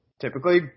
typically